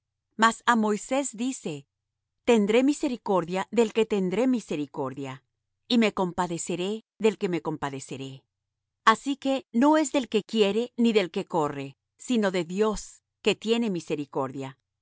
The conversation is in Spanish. mas á moisés dice tendré misericordia del que tendré misericordia y me compadeceré del que me compadeceré así que no es del que quiere ni del que corre sino de dios que tiene misericordia